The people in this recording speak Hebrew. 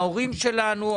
להורים שלנו,